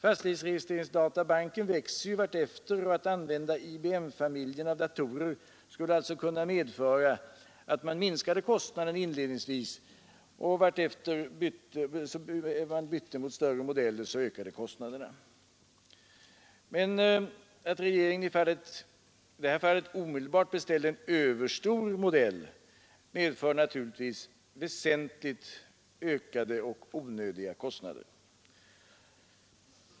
Fastighetsregisterdatabanken växer ju efter hand, och att använda IBM-familjen av datorer skulle alltså kunna medföra, att man minskade kostnaderna inledningsvis och vartefter man bytte mot större modeller ökade kostnaderna. Men att regeringen i detta fall omedelbart beställer en överstor modell medför naturligtvis väsentligt ökade och onödiga kostnader.